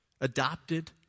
adopted